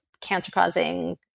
cancer-causing